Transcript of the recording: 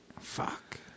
Fuck